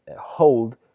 hold